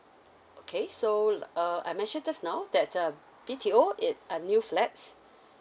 okay so err I mention just now that uh B_T_O it are new flats